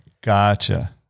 Gotcha